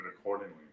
accordingly